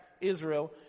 Israel